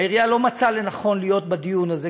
העירייה לא מצאה לנכון להיות בדיון הזה,